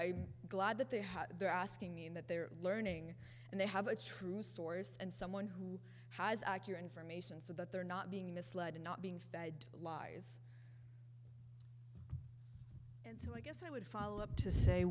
i'm glad that they're there asking me in that they're learning and they have a true source and someone who has accurate information so that they're not being misled and not being fed lies so i guess i would follow up to say